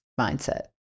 mindset